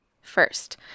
First